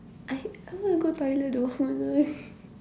I I want to go toilet though